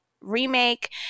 remake